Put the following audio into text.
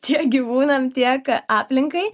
tiek gyvūnam tiek aplinkai